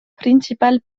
principal